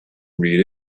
read